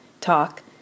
talk